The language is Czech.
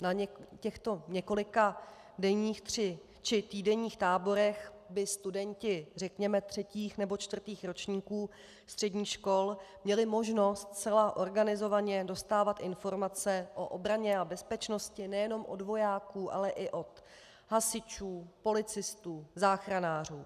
Na těchto několikadenních či týdenních táborech by studenti řekněme třetích nebo čtvrtých ročníků středních škol měli možnost zcela organizovaně dostávat informace o obraně a bezpečnosti nejenom od vojáků, ale i od hasičů, policistů, záchranářů.